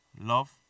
love